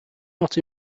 not